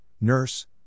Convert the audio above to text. nurse